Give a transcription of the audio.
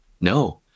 No